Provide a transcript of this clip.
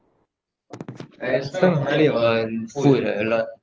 I spend my money on food ah a lot